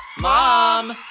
Mom